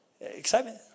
Excitement